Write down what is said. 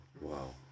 Wow